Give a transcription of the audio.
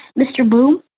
mr booth.